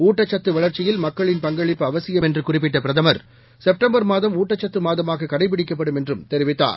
ஊட்டச்சத்துவளர்ச்சியில்மக்களின்பங்களிப்புஅவசியம்என் றுபிரதமர் செப்டம்பர்மாதம் ஊட்டச்சத்துமாதமாககடைபிடிக்கப்படும்என்றும்தெரிவித் தார்